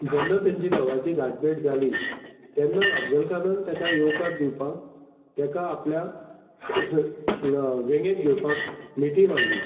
जेन्ना तेंची दोगाची गाटभेट जाली तेन्ना अफजल कानान तेका येवकार दिवपाक तेका आपल्या वेगेत घेवपाक मिटी मारली